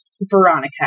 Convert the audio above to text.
Veronica